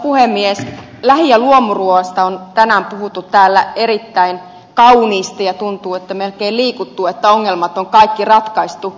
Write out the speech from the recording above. lähi ja luomuruuasta on tänään puhuttu täällä erittäin kauniisti ja tuntuu että melkein liikuttuu että ongelmat on kaikki ratkaistu